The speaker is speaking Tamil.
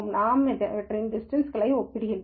நாம் அவற்றின் டிஸ்டன்ஸ் களை ஒப்பிடுகிறோம்